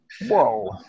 whoa